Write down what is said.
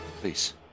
Please